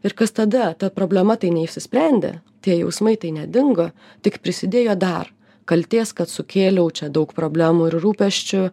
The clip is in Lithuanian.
ir kas tada ta problema tai neišsisprendė tie jausmai tai nedingo tik prisidėjo dar kaltės kad sukėliau čia daug problemų ir rūpesčių